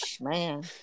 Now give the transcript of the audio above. Man